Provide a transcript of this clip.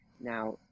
Now